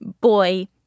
boy